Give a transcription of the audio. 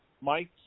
Mike